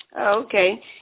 okay